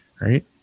Right